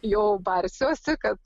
jau barsiuosi kad